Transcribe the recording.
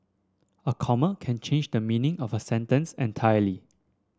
a comma can change the meaning of a sentence entirely